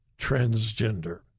transgender